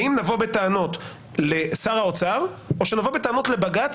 האם נבוא בטענות לשר האוצר או שנבוא בטענות לבג"ץ